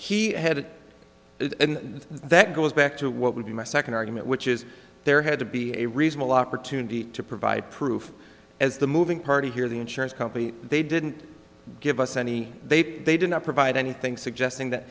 the he had it and that goes back to what would be my second argument which is there had to be a reasonable opportunity to provide proof as the moving party here the insurance company they didn't give us any they they did not provide anything suggesting that